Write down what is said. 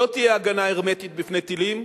לא תהיה הגנה הרמטית בפני טילים,